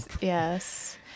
Yes